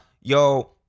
Yo